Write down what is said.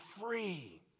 free